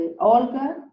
Olga